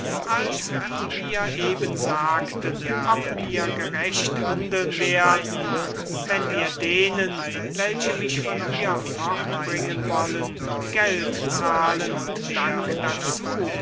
als wie wir eben sagten ob wir gerecht handeln werden wenn wir denen welche mich von hier fortbringen wollen geld zahlen und dank dazu